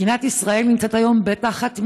מדינת ישראל נמצאת היום תחת מלחמה.